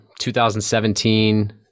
2017